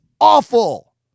awful